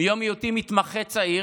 מיום היותי מתמחה צעיר,